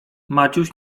maciuś